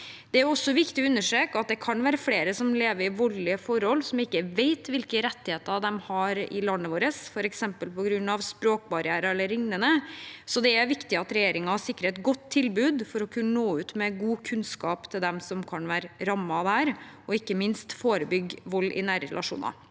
Det er også viktig å understreke at det kan være flere som lever i voldelige forhold som ikke vet hvilke rettigheter de har i landet vårt, f.eks. på grunn av språkbarrierer e.l., så det er viktig at regjeringen sikrer et godt tilbud for å kunne nå ut med god kunnskap til dem som kan være rammet der, og ikke minst forebygge vold i nære relasjoner.